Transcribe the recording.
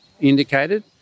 indicated